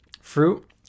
fruit